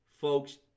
folks